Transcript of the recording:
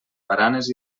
baranes